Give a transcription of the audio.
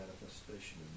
manifestation